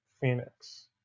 Phoenix